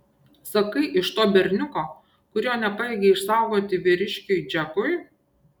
sakai iš to berniuko kurio nepajėgei išsaugoti vyriškiui džekui